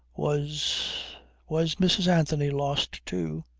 was was mrs. anthony lost too?